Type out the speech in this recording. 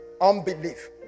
unbelief